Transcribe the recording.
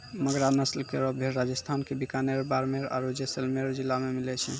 मगरा नस्ल केरो भेड़ राजस्थान क बीकानेर, बाड़मेर आरु जैसलमेर जिला मे मिलै छै